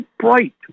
bright